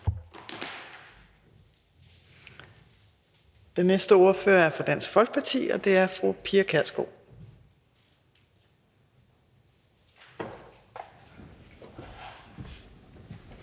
Den næste ordfører er fra Dansk Folkeparti, og det er fru Pia